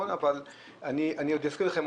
אני אזכיר לכם,